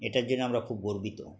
এটার জন্য আমরা খুব গর্বিত